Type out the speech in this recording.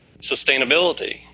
sustainability